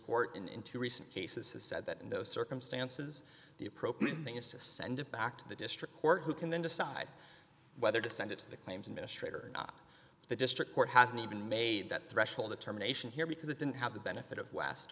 court in in two recent cases has said that in those circumstances the appropriate thing is to send it back to the district court who can then decide whether to send it to the claims ministry or not the district court hasn't even made that threshold the terminations here because it didn't have the benefit of west